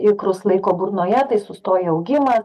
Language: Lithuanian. ikrus laiko burnoje tai sustoja augimas